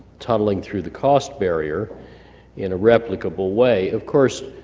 tunneling through the cost barrier in a replicable way. of course,